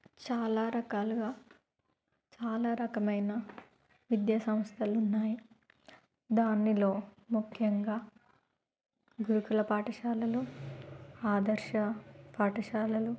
చాలా రకాలుగా చాలా రకమైన విద్యాసంస్థలు ఉన్నాయి దానిలో ముఖ్యంగా గురుకుల పాఠశాలలో ఆదర్శ పాఠశాలలు